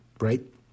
right